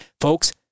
folks